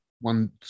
one